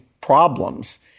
problems